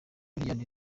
ryari